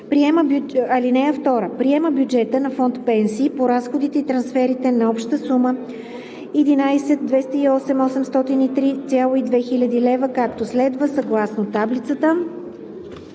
(2) Приема бюджета на фонд „Пенсии“ по разходите и трансферите на обща сума 11 208 803,2 хил. лв., както следва: съгласно таблицата.